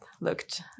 looked